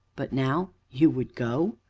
but now you would go!